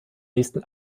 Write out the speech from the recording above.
nächsten